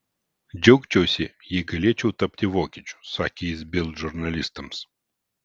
džiaugčiausi jei galėčiau tapti vokiečiu sakė jis bild žurnalistams